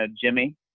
jimmy